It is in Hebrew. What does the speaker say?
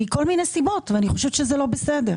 מכל מיני סיבות, ואני חושבת שזה לא בסדר.